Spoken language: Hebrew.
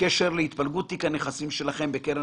בקשר להתפלגות תיק הנכסים שלכם בקרן